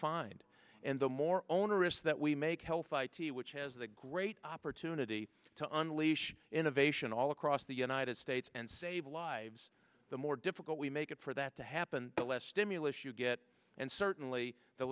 find and the more onerous that we make health i t which has the great opportunity to unleash innovation all across the united states and save lives the more difficult we make it for that to happen the less stimulus you get and certainly the